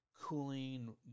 Cooling